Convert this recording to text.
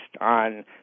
on